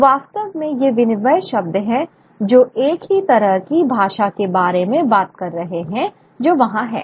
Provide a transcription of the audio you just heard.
तो वास्तव में ये विनिमेय शब्द हैं जो एक ही तरह की भाषा के बारे में बात कर रहे हैं जो वहां है